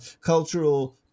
cultural